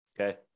okay